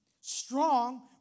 strong